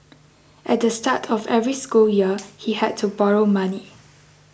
at the start of every school year he had to borrow money